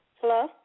Hello